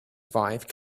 five